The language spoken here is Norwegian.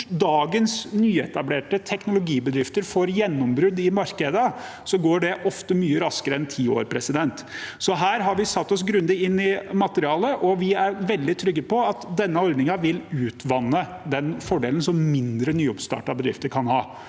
dagens nyetablerte teknologibedrifter får gjennombrudd i markedet; det går ofte mye raskere enn ti år. Så her har vi satt oss grundig inn i materialet, og vi er veldig trygge på at denne ordningen vil utvanne den fordelen som mindre nyoppstartede bedrifter kan ha.